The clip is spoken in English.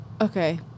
okay